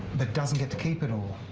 that doesn't get to keep it all.